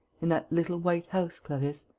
in that little white house, clarisse,